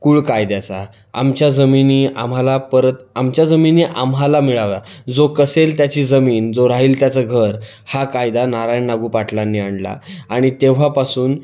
कुळ कायद्याचा आमच्या जमिनी आम्हाला परत आमच्या जमिनी आम्हाला मिळाव्या जो कसेल त्याची जमीन जो राहील त्याचं घर हा कायदा नारायण नागू पाटलांनी आणला आणि तेव्हापासून